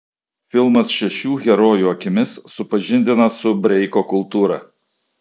filmas šešių herojų akimis supažindina su breiko kultūra